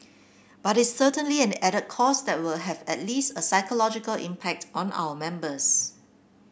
but it's certainly an added cost that will have at least a psychological impact on our members